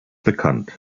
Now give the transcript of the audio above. bekannt